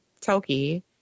Toki